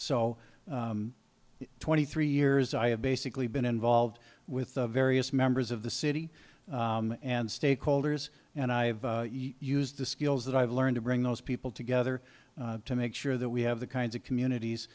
so twenty three years i have basically been involved with various members of the city and stakeholders and i have used the skills that i've learned to bring those people together to make sure that we have the kinds of communities